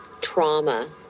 trauma